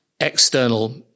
external